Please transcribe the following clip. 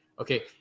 Okay